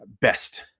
best